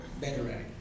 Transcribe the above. better